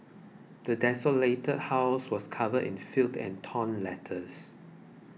the desolated house was covered in filth and torn letters